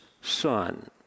son